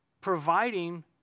providing